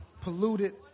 polluted